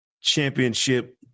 championship